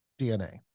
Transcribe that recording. DNA